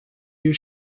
you